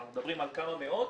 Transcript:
אנחנו מדברים על כמה מאות